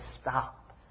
stop